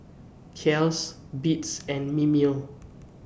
Kiehl's Beats and Mimeo